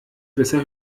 besser